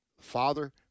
Father